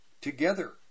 together